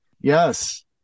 Yes